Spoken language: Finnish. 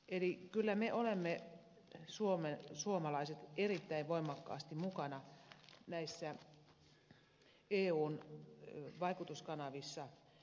eli kyllä me suomalaiset olemme erittäin voimakkaasti mukana näissä eun vaikutuskanavissa